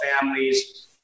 families